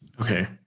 Okay